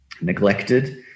neglected